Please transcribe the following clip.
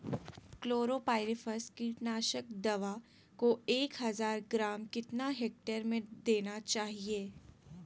Chlorpyrifos कीटनाशक दवा को एक हज़ार ग्राम कितना हेक्टेयर में देना चाहिए?